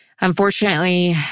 Unfortunately